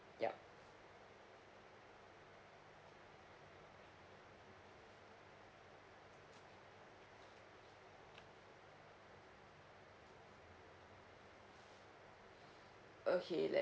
yup okay let